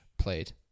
Played